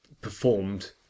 performed